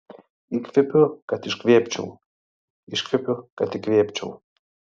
įkvepiu kad iškvėpčiau iškvepiu kad įkvėpčiau